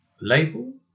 Label